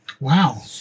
Wow